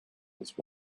was